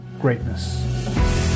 greatness